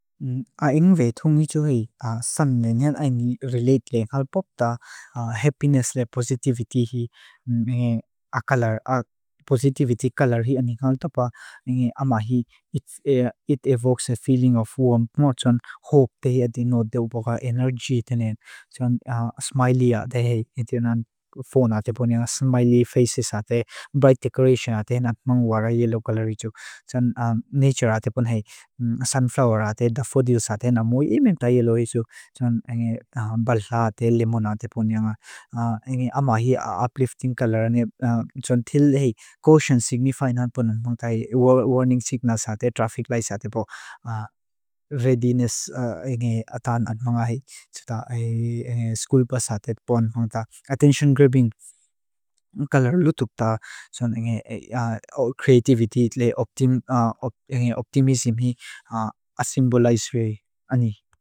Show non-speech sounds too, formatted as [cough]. A ingve thungi tsuhi, sun le nian aini relate le ngal pop ta, happiness le, positivity hi. [hesitation] A color, a positivity color hi ani ngal topa, angi ama hi. [hesitation] It evokes a feeling of warmth mo, tsun hope de he, adi no, deopo ka energy de ne, tsun smiley a, de he. Iti nan phone a, te pon nian smiley faces a te, bright decoration a te, na manguwa ra yellow color i tsuk, tsun nature a te pon hi. Sun flower a te, dafodil sa te, na mui imem ta yellow isu, tsun angi bala a te, limon a te pon nian, [hesitation] angi ama hi. Uplifting color a ni, tsun til hi, caution signify na pon, mong ta hi, warning signal sa te, traffic light sa te po, [hesitation] readiness angi atan at mga hi. Tsuta ay school pa sa te, pon mong ta, attention grabbing, a color lu top ta, tsun angi, [hesitation] creativity le, [hesitation] optimism hi, a [hesitation] symbolize hi, ani.